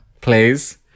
please